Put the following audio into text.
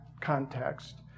context